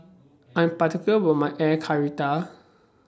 I Am particular about My Air Karthira